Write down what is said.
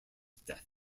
death